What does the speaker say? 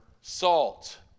salt